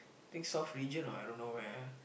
think South region or I don't know where